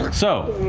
so,